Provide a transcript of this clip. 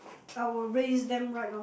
I will raise them right lor